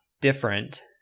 different